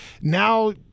now